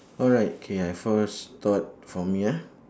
alright okay I first thought for me ah